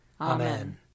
Amen